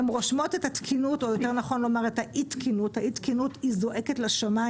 הן רושמות את אי התקינות אי התקינות זועקת לשמיים,